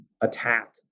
attack